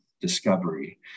discovery